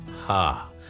Ha